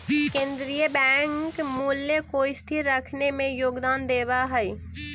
केन्द्रीय बैंक मूल्य को स्थिर रखने में योगदान देवअ हई